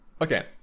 Okay